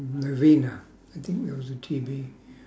novena I think there was a T_B